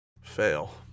fail